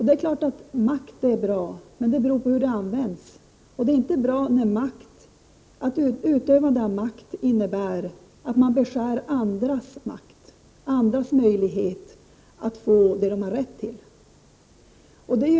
Det är klart att makt är bra, men det beror på hur den används. Det är inte bra att utövande av makt innebär att man beskär andras makt, andras möjlighet att få vad de har rätt till.